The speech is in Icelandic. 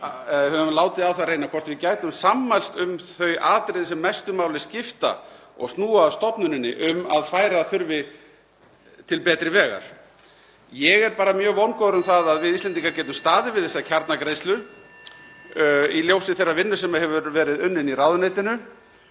við höfum látið á það reyna hvort við gætum sammælst um þau atriði sem mestu máli skipta og snúa að stofnuninni um að færa þurfi til betri vegar. Ég er bara mjög vongóður um (Forseti hringir.) að við Íslendingar getum staðið við þessa kjarnagreiðslu í ljósi þeirrar vinnu sem hefur verið unnin í ráðuneytinu.